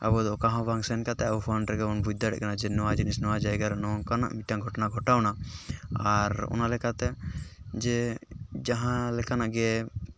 ᱟᱵᱚᱦᱚᱸ ᱚᱠᱟ ᱦᱚᱸᱵᱟᱝ ᱥᱮᱱ ᱠᱟᱛᱮᱫ ᱯᱷᱳᱱ ᱨᱮᱜᱮᱵᱚᱱ ᱵᱩᱡᱽ ᱫᱟᱲᱮᱭᱟᱜ ᱠᱟᱱᱟ ᱡᱮ ᱱᱚᱣᱟ ᱡᱤᱱᱤᱥ ᱱᱚᱣᱟ ᱡᱟᱭᱜᱟ ᱨᱮ ᱱᱚᱝᱠᱟᱱᱟᱜ ᱢᱤᱫᱴᱮᱱ ᱜᱷᱚᱴᱚᱱᱟ ᱜᱷᱚᱴᱟᱣᱮᱱᱟ ᱟᱨ ᱚᱱᱟ ᱞᱮᱠᱟᱛᱮ ᱡᱮ ᱡᱟᱦᱟᱸ ᱞᱮᱠᱟᱱᱟᱜ ᱜᱮ